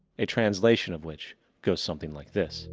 a translation of which goes something like this